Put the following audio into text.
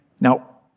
Now